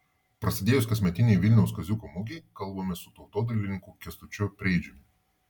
prasidėjus kasmetinei vilniaus kaziuko mugei kalbamės su tautodailininku kęstučiu preidžiumi